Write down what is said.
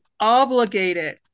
obligated